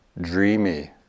dreamy